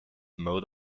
mode